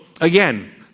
again